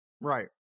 Right